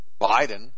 Biden